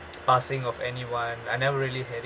passing of anyone I never really have it